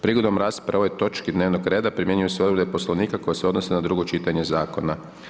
Prigodom rasprave o ovoj točki dnevnog reda primjenu se odredbe poslovnika koji se odnose na drugo čitanje zakona.